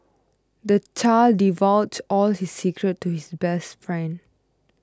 the child divulged all his secrets to his best friend